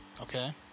Okay